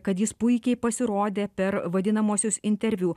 kad jis puikiai pasirodė per vadinamuosius interviu